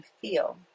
feel